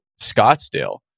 Scottsdale